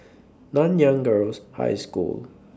Nanyang Girls' High School